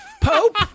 Pope